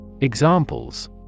Examples